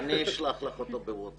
אני אשלח לך אותו בווטסאפ.